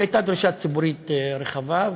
שהייתה דרישה ציבורית רחבה,